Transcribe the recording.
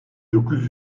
dokuz